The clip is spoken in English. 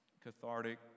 cathartic